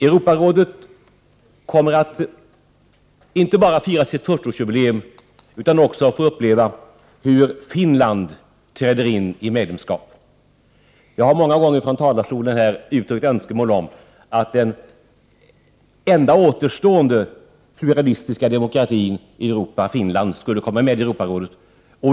Europarådet kommer inte bara att fira sitt 40-årsjubileum utan kommer också att få uppleva hur Finland träder in som medlem. Jag har många gånger från denna talarstol uttryckt önskemål om att den enda återstående pluralistiska demokratin i Europa, Finland, skulle komma med i Europarådet.